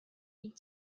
энэ